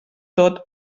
tot